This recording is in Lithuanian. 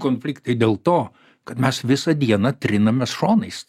konfliktai dėl to kad mes visą dieną trinamės šonais